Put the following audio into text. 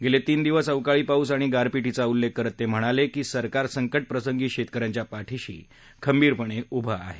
गळत्रीन दिवस अवकाळी पाऊस आणि गारपीटीचा उल्लख करत तक्रिणालक्री सरकार संकटप्रसंगी शक्किन्यांच्या पाठीशी खंबीरपणक् उभं आह